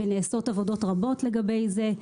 ונעשות עבודות רבות לגבי זה,